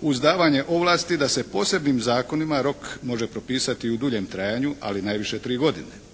uz davanje ovlasti da se posebnim zakonima rok može propisati u duljem trajanju ali najviše tri godine.